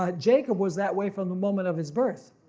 ah jacob was that way from the moment of his birth,